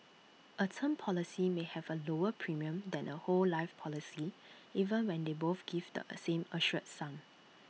A term policy may have A lower premium than A whole life policy even when they both give the same assured sum